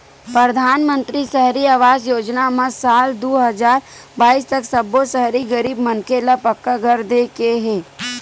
परधानमंतरी सहरी आवास योजना म साल दू हजार बाइस तक सब्बो सहरी गरीब मनखे ल पक्का घर दे के हे